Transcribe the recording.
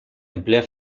emplea